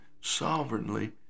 sovereignly